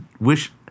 wish